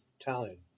Italian